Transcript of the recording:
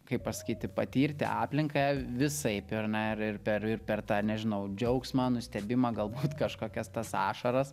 kaip pasakyti patirti aplinką visaip ar ne ir ir per ir per tą nežinau džiaugsmą nustebimą galbūt kažkokias tas ašaras